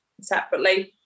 separately